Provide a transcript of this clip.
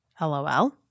LOL